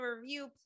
review